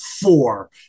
four